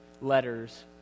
letters